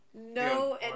no